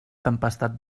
tempestat